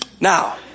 Now